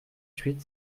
huit